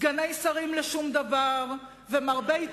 סגני שרים לשום דבר ומרבי-תארים.